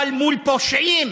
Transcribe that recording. אבל מול פושעים